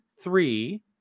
three